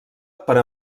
per